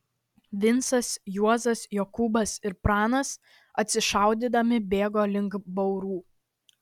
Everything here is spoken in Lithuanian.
vincas juozas jokūbas ir pranas atsišaudydami bėgo link baurų